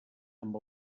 amb